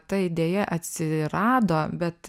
ta idėja atsirado bet